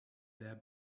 their